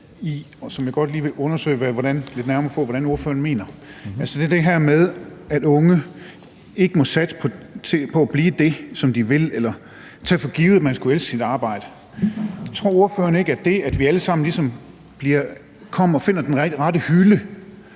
og som jeg godt lige vil undersøge lidt nærmere hvad ordføreren mener om. Det er det her med, at unge ikke må satse på at blive det, som de vil, eller tage for givet, at man skulle elske sit arbejde. Tror ordføreren ikke, at det, at vi alle sammen finder den rette hylde